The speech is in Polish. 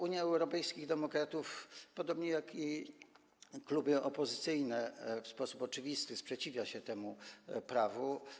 Unia Europejskich Demokratów, podobnie jak kluby opozycyjne, w sposób oczywisty sprzeciwia się temu prawu.